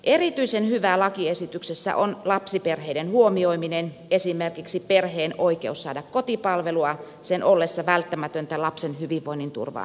erityisen hyvää lakiesityksessä on lapsiperheiden huomioiminen esimerkiksi perheen oikeus saada kotipalvelua sen ollessa välttämätöntä lapsen hyvinvoinnin turvaamiseksi